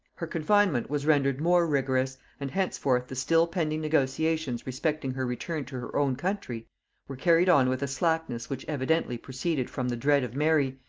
her confinement was rendered more rigorous, and henceforth the still pending negotiations respecting her return to her own country were carried on with a slackness which evidently proceeded from the dread of mary,